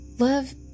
Love